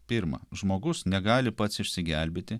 pirma žmogus negali pats išsigelbėti